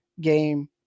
game